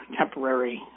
temporary